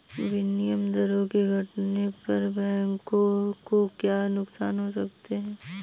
विनिमय दरों के घटने पर बैंकों को क्या नुकसान हो सकते हैं?